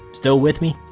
still with me?